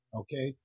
okay